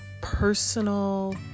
personal